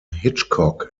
hitchcock